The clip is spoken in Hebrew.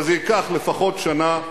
אבל זה ייקח לפחות שנה,